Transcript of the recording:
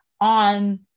on